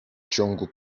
ciągu